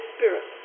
Spirit